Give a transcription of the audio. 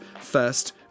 first